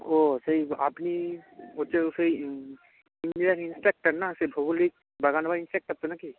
ও সেই আপনি হচ্ছে ও সেই ইন্ডিয়ান ইন্সপেক্টর না সেই ভৌগলিক বাগান বাড়ি ইন্সপেক্টর তো না কি